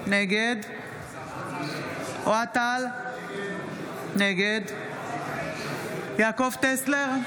נגד אוהד טל, נגד יעקב טסלר,